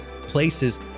places